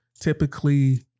typically